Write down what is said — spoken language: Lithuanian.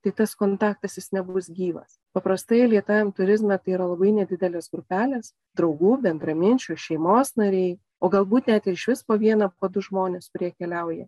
tai tas kontaktas jis nebus gyvas paprastai lėtajam turizme tai yra labai nedidelės grupelės draugų bendraminčių šeimos nariai o galbūt net ir išvis po vieną po du žmones kurie keliauja